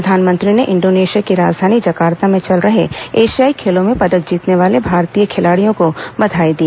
प्रधानमंत्री ने इंडोनेशिया की राजधानी जकार्ता में चल रहे एशियाई खेलों में पदक जीतने वाले भारतीय खिलाड़ियों को बधाई दी